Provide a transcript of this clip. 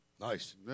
Nice